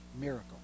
miracle